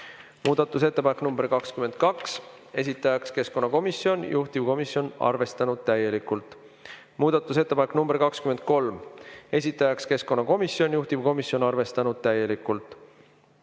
Muudatusettepanek nr 2, esitajaks keskkonnakomisjon ja juhtivkomisjon on arvestanud täielikult. Muudatusettepanek nr 3, esitajaks keskkonnakomisjon ja juhtivkomisjon on arvestanud täielikult.